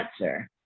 answer